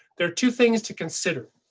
there are two things to consider.